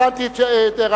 הבנתי את הערתך,